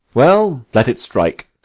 well, let it strike.